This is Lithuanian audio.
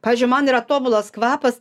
pavyzdžiui man yra tobulas kvapas